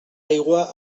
aigua